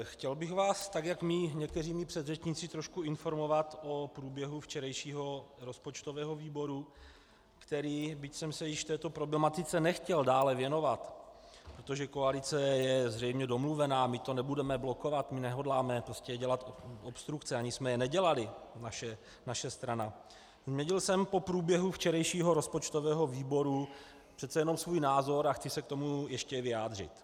Chtěl bych vás tak jak někteří mí předřečníci trochu informovat o průběhu včerejšího rozpočtového výboru, který, byť jsem se již této problematice nechtěl dále věnovat, protože koalice je zřejmě domluvena, my to nebudeme blokovat, my nehodláme dělat obstrukce, ani jsme je nedělali, naše strana, změnil jsem po průběhu včerejšího rozpočtového výboru přece jen svůj názor a chci se k tomu ještě vyjádřit.